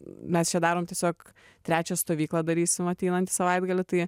mes čia darom tiesiog trečią stovyklą darysim ateinantį savaitgalį tai